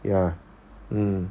ya mm